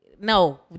no